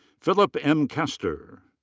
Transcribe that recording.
philip m. kester.